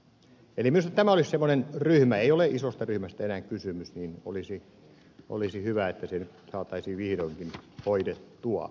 eli minusta tämä olisi semmoinen ryhmä ei ole isosta ryhmästä enää kysymys että olisi hyvä että se saataisiin vihdoinkin hoidettua